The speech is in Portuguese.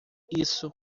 isso